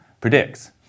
predicts